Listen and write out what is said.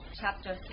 chapter